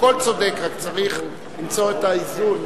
הכול צודק, רק צריך למצוא את האיזון.